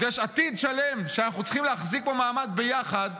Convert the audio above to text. יש עוד עתיד שלם שאנחנו צריכים להחזיק בו מעמד ביחד,